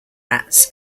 rats